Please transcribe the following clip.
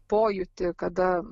pojūtį kada